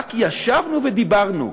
רק ישבנו ודיברנו.